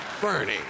Bernie